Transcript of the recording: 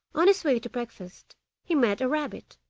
on his way to breakfast he met a rabbit,